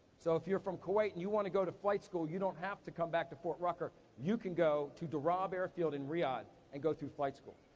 so, if you're from kuwait and you wanna go to flight school, you don't have to come back to fort rucker. you can go to derobb airfield in riyadh, and go through flight school.